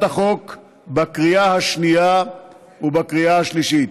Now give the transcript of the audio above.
החוק בקריאה השנייה ובקריאה השלישית.